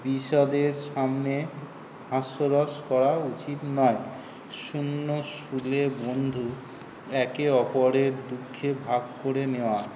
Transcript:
বিশদের সামনে হাস্যরস করা উচিত নয় শূন্য শুলে বন্ধু একে অপরের দুঃখে ভাগ করে নেওয়া